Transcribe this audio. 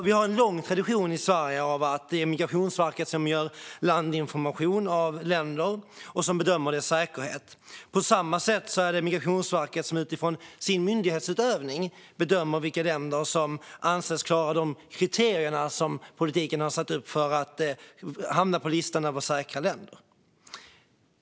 Vi har en lång tradition i Sverige av att Migrationsverket tar fram landinformation om länder och bedömer deras säkerhet. På samma sätt är det Migrationsverket som utifrån sin myndighetsutövning bedömer vilka länder som anses klara de kriterier som politiken satt upp för listan över säkra länder.